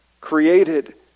created